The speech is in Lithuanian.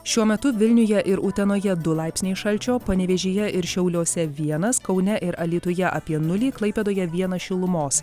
šiuo metu vilniuje ir utenoje du laipsniai šalčio panevėžyje ir šiauliuose vienas kaune ir alytuje apie nulį klaipėdoje vienas šilumos